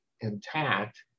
intact